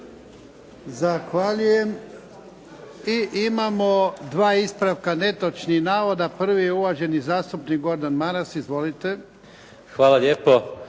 Zahvaljujem. I imamo dva ispravka netočnih navoda. Prvi je uvaženi zastupnik Gordan Maras. Izvolite. **Maras,